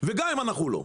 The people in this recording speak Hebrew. וגם אם אנחנו לא.